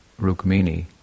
Rukmini